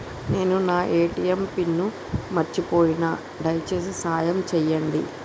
నేను నా ATM PIN మర్చిపోయిన, దయచేసి సాయం చేయండి